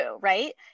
right